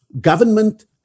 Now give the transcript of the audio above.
government